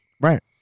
Right